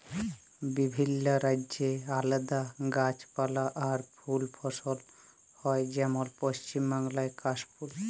বিভিল্য রাজ্যে আলাদা গাছপালা আর ফুল ফসল হ্যয় যেমল পশ্চিম বাংলায় কাশ ফুল